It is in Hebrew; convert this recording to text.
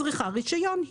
היא צריכה רישיון.